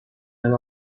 and